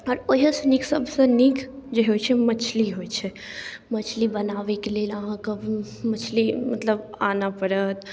आओर ओहोसँ नीक सबसँ नीक जे होइ छै मछली होइ छै मछली बनाबैके लेल अहाँके मछली मतलब आनऽ पड़त